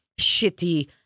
shitty